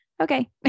okay